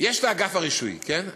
יש לה אגף הרישוי, כן?